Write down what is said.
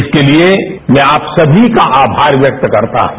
इसके लिए मैं आप सभी का आभार व्यक्त करता हूं